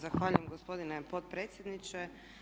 Zahvaljujem gospodine potpredsjedniče.